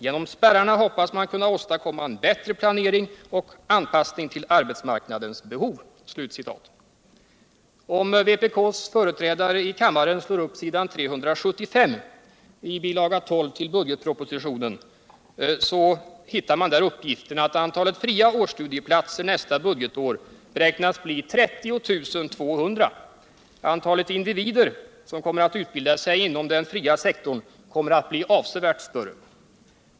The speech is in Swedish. Genom spärrarna hoppas man kunna åstadkomma en bättre planering och anpassning till arbetsmarknadens behov.” 117 och forskning Om vpk:s företrädare i kammaren slår upp s. 375 i bilaga 12 till budgetpropositionen, så hittar de där uppgiften att antalet fria årsstudieplatser nästa budgetår beräknas bli 30 200. Antalet individer som kommer att utbilda sig inom den fria sektorn kommer att bli avsevärt större.